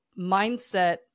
mindset